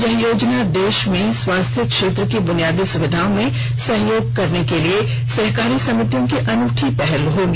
यह योजना देश में स्वास्थ्य क्षेत्र की बुनियादी सुविधाओं में सहयोग करने के लिए सहकारी समितियों की अनूठी पहल होगी